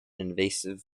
invasive